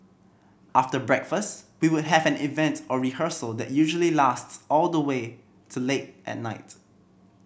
after breakfast we would have an event or rehearsal that usually lasts all the way to late at night